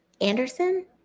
Anderson